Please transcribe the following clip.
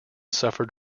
suffered